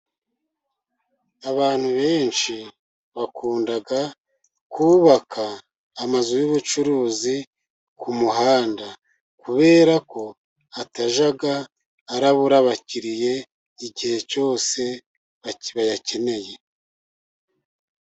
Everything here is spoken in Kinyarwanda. Abantu benshi bakunda kubaka amazu y'ubucuruzi ku muhanda. Kubera ko atajya arabura abakiriye igihe cyose babakeneye.